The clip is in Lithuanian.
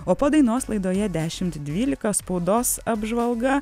o po dainos laidoje dešimt dvylika spaudos apžvalga